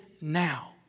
now